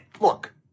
Look